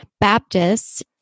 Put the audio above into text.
Baptists